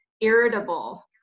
Irritable